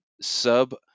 sub